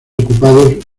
ocupado